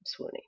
swoony